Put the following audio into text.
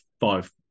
five